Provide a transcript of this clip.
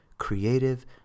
creative